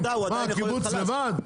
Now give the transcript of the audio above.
בסדר, תודה הבנתי.